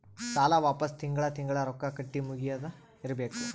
ಸಾಲ ವಾಪಸ್ ತಿಂಗಳಾ ತಿಂಗಳಾ ರೊಕ್ಕಾ ಕಟ್ಟಿ ಮುಗಿಯದ ಇರ್ಬೇಕು